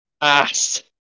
ass